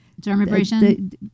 Dermabrasion